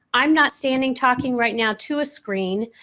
i'm not standing talking right now to a screen.